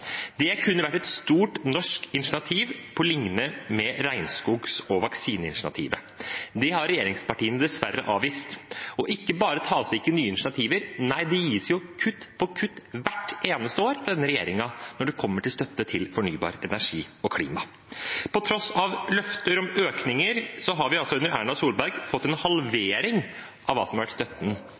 Det kunne vært et stort norsk initiativ, på linje med regnskogs- og vaksineinitiativet. Det har regjeringspartiene dessverre avvist. Og ikke bare tas det ingen nye initiativer, nei, det gis kutt på kutt hvert eneste år fra denne regjeringen når det kommer til støtte til fornybar energi og klima. På tross av løfter om økninger har vi altså under Erna Solberg fått en halvering av hva som var støtten